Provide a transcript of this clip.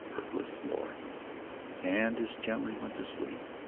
herbless floor and as gently went to sleep,